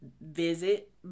visit